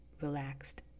relaxed